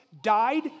died